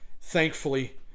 thankfully